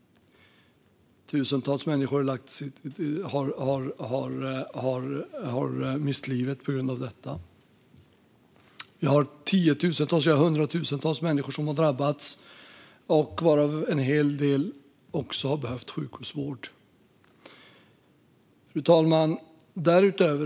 Tusentals människor har mist livet på grund av detta. Vi har hundratusentals människor som har drabbats, varav en hel del också har behövt sjukhusvård. Fru talman!